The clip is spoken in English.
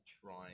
trying